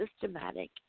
systematic